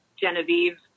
Genevieve